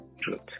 Truth